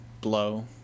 Blow